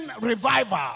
revival